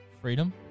Freedom